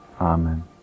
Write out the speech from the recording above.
Amen